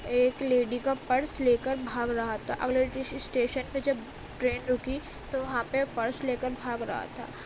ایک لیڈی کا پرس لے کر بھاگ رہا تھا اگلے جس اسٹیشن پہ جب ٹرین رکی تو وہاں پہ پرس لے کر بھاگ رہا تھا